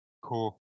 Cool